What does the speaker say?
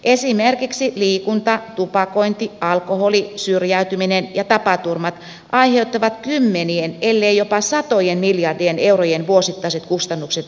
esimerkiksi liikunta tupakointi alkoholi syrjäytyminen ja tapaturmat aiheuttavat kymmenien elleivät jopa satojen miljardien eurojen vuosittaiset kustannukset yhteiskunnalle